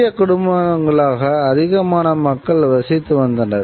சிறிய குடும்பங்களாக அதிகமான மக்கள் வசித்து வந்தனர்